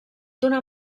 d’una